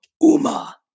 Uma